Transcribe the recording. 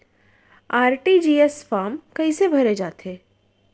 RTGS form कइसे भरे जाथे?